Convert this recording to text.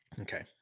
Okay